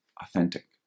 authentic